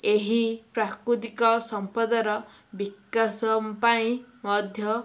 ଏହି ପ୍ରାକୃତିକ ସମ୍ପଦର ବିକାଶ ପାଇଁ ମଧ୍ୟ